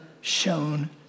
shown